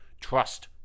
trust